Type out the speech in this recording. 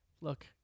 Look